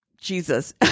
jesus